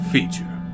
Feature